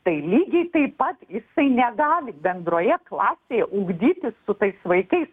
tai lygiai taip pat jisai negali bendroje klasėje ugdytis su tais vaikais